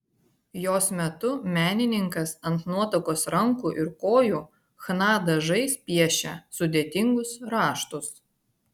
jos metu menininkas ant nuotakos rankų ir kojų chna dažais piešia sudėtingus raštus